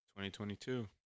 2022